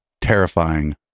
terrifying